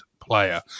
player